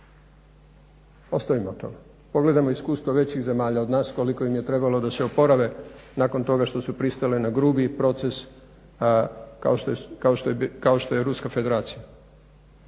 Ostavimo to, pogledajmo iskustvo većih zemalja od nas koliko im je trebalo da se oporave nakon toga što su pristale na grublji proces, kao što je Ruska Federacija.